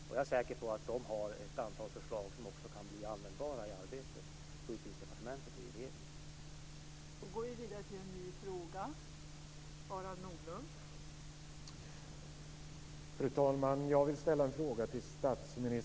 Jag är säker på att de har ett antal förslag som också kan bli användbara i arbetet på Utbildningsdepartementet och i regeringen i övrigt.